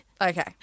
okay